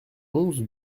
onze